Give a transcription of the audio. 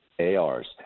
ARs